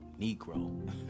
Negro